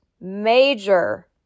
major